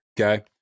Okay